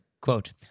quote